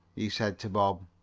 he said to bob.